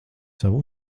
savu